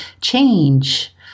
change